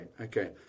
Okay